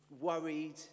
worried